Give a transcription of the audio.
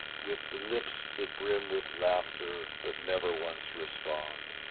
with lips that brim with laughter but never once respond,